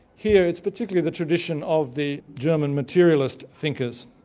here it's particularly the tradition of the german materialist thinkers,